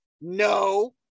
No